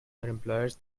employers